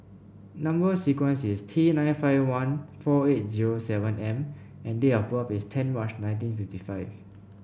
number sequence is T nine five one four eight zero seven M and date of birth is ten March nineteen fifty five